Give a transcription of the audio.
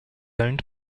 owned